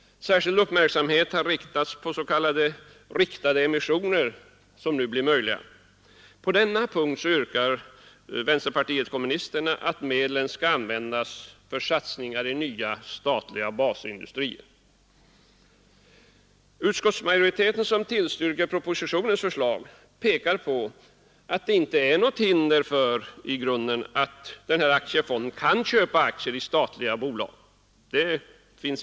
Särskild uppmärksamhet har riktats på a.k. emissioner som nu blir möjliga. På denna punkt yrkar vänsterpartiet kommunisterna att medlen skall användas för satsningar i nya statliga basindustrier. Utskottsmajoriteten, som tillstyrker propositionens förslag, pekar på att det i grunden inte är något hinder för att denna aktiefond kan köpa aktier i statliga bolag.